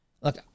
look